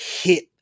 hit